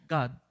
God